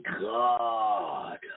god